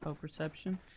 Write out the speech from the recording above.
perception